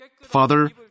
Father